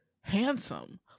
handsome